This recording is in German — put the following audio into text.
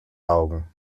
augen